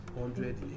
Hundred